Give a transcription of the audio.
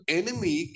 enemy